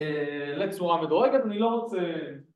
אההה... לצורה מדורגת, אני לא רוצה...